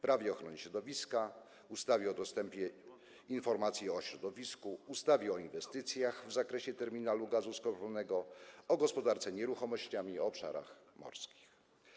Prawie ochrony środowiska, ustawie o udostępnianiu informacji o środowisku, ustawie o inwestycjach w zakresie terminalu gazu skroplonego, ustawie o gospodarce nieruchomościami, ustawie o obszarach morskich.